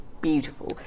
beautiful